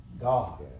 God